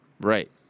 Right